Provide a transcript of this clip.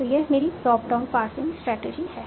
तो यह मेरी टॉप डाउन पार्सिंग स्ट्रेटेजी है